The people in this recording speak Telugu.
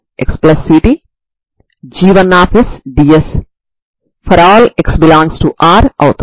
మరియు sin μ నాన్ జీరో పరిష్కారం అవుతుంది